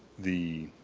the